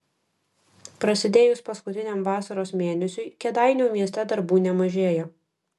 prasidėjus paskutiniam vasaros mėnesiui kėdainių mieste darbų nemažėja